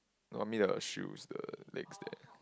normally I will shoes the legs then